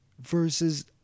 versus